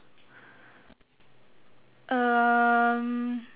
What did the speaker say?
um